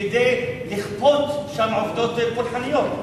כדי לכפות שם עובדות פולחניות.